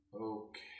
Okay